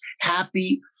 happy